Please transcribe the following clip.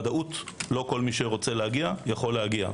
שבוודאות לא כל מי שרוצה להגיע יכול להגיע.